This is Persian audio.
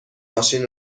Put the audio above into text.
ماشین